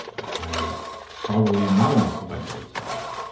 i probably am not enough if i get exposed,